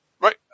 Right